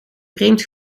vreemd